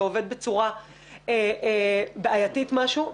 הוא עובד בצורה בעייתית משהו.